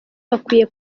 bakwiye